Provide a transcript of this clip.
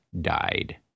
died